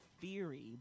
theory